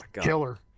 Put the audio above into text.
killer